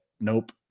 nope